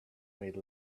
made